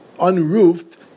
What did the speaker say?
unroofed